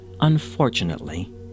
unfortunately